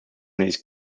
these